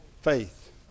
faith